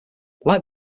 like